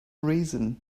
reason